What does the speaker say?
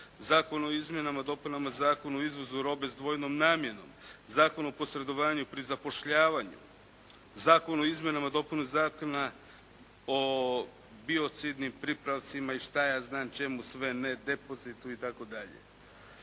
Zakon o izmjenama i dopunama Zakona o izvozu robe s dvojnom namjenom, Zakon o posredovanju pri zapošljavanju, Zakon o izmjenama i dopunama Zakona o biocidnim pripravcima i šta ja znam čemu sve ne, depozitu itd.